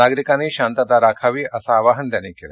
नागरिकांनी शांतता राखावी असं आवाहन त्यांनी केलं